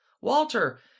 Walter